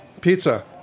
Pizza